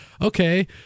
okay